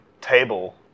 table